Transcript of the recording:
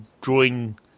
drawing